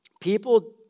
People